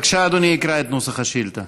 בבקשה, אדוני יקרא את נוסח השאילתה.